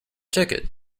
ticket